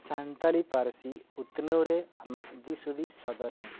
ᱥᱟᱱᱛᱟᱲᱤ ᱯᱟᱹᱨᱥᱤ ᱩᱛᱱᱟᱹᱣ ᱨᱮ ᱟᱢᱟᱜ ᱫᱤᱥ ᱦᱩᱫᱤᱥ ᱥᱚᱫᱚᱨ ᱢᱮ